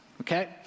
okay